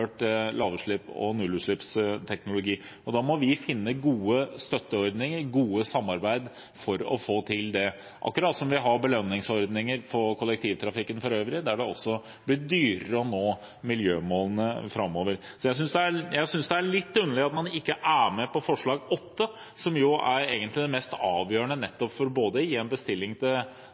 og nullutslippsteknologi, og da må vi finne gode støtteordninger og gode samarbeidsløsninger for å få det til, akkurat som vi har belønningsordninger på kollektivtrafikken for øvrig, der det også blir dyrere å nå miljømålene framover. Så jeg synes det er litt underlig at man ikke er med på komiteens innstilling til vedtak når det gjelder VIII. Det forslaget er egentlig det mest avgjørende nettopp for både å gi en bestilling til